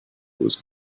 was